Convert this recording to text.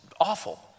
awful